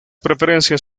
preferencias